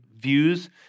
views